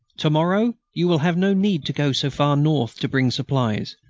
to-morrow you will have no need to go so far north to bring supplies.